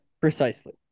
Precisely